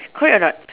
correct or not